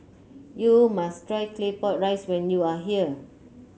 you must try Claypot Rice when you are here